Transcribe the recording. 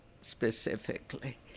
specifically